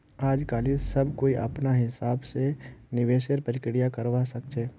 आजकालित सब कोई अपनार हिसाब स निवेशेर प्रक्रिया करवा सख छ